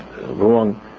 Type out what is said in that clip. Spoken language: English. wrong